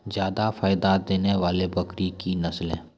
जादा फायदा देने वाले बकरी की नसले?